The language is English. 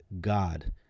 god